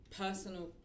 personal